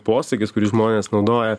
posakis kurį žmonės naudoja